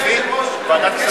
אפשר ועדת הכספים?